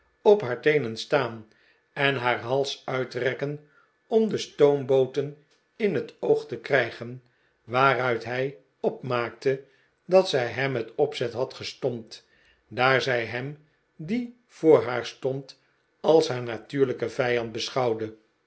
op haar teenen staan en haar hals uitrekken om de stoombooten in het oog te krijgen waaruit hij opmaakte dat zij hem met opzet had gestompt daar zij hem die voor haar stond als haar natuurlijken vijand beschouwde